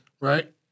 right